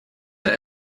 der